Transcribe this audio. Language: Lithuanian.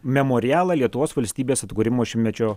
memorialą lietuvos valstybės atkūrimo šimtmečio